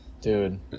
dude